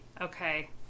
Okay